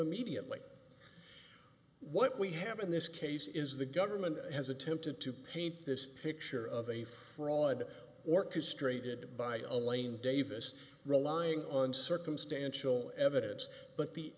immediately what we have in this case is the government has attempted to paint this picture of a fraud orchestrated by own lane davis relying on circumstantial evidence but the